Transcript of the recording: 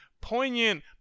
poignant